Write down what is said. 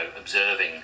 observing